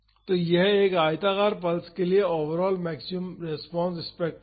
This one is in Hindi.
तो यह एक आयताकार पल्स पल्स के लिए ओवरऑल मैक्सिमम रेस्पॉन्स स्पेक्ट्रम था